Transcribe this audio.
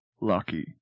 lucky